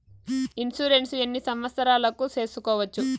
Insurance ఎన్ని సంవత్సరాలకు సేసుకోవచ్చు?